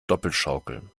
doppelschaukel